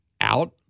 out